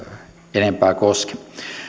enempää koske